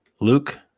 Luke